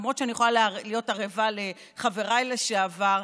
למרות שאני יכולה להיות ערבה לחבריי לשעבר,